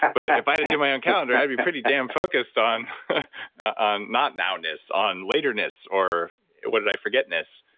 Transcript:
but if i had to do my own calendar, i'd be pretty damn focused on on not now-ness, on lateness or what did i forget-ness?